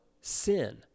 sin